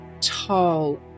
tall